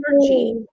energy